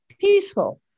peaceful